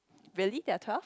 really there're twelve